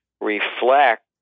reflect